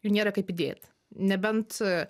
jų nėra kaip įdėt nebent